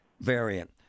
variant